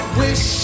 wish